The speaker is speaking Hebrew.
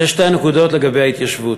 אלה שתי הנקודות לגבי ההתיישבות.